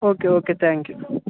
okay okay thank you